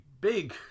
big